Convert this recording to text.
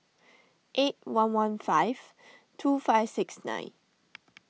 eight one one five two five six nine